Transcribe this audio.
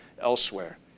elsewhere